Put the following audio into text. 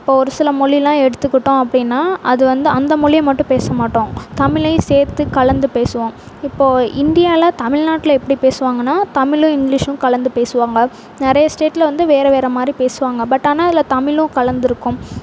இப்போது ஒரு சில மொழியெலாம் எடுத்துக்கிட்டோம் அப்படின்னா அது வந்து அந்த மொழியை மட்டும் பேச மாட்டோம் தமிழையும் சேர்த்து கலந்து பேசுவோம் இப்போது இந்தியாவில தமிழ்நாட்டில எப்படி பேசுவாங்கன்னா தமிழும் இங்கிலீஷும் கலந்து பேசுவாங்க நிறைய ஸ்டேட்ல வந்து வேற வேற மாதிரி பேசுவாங்க பட் ஆனால் அதில் தமிழும் கலந்திருக்கும்